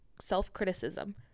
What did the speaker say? self-criticism